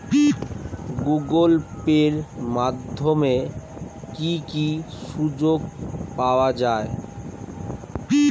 Google Pay এর মাধ্যমে কি কি সুবিধা পাওয়া যায়?